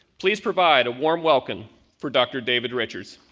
please provide a warm welcome for dr. david richards.